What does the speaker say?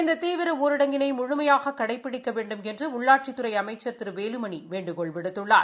இந்த தீவிர ஊரடங்கினை முழுமையாக கடைபிடிக்க வேண்டுமென்று உள்ளாட்சித்துறை அமைச்சர் திரு வேலுமணி வேண்டுகோள் விடுத்துள்ளார்